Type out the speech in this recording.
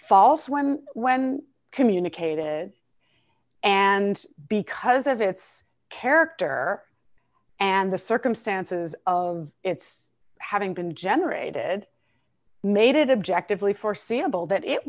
false when when communicated and because of its character and the circumstances of its having been generated made it objective really foreseeable that it